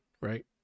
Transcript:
right